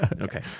okay